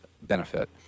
benefit